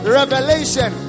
revelation